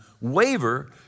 waver